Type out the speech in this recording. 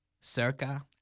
Circa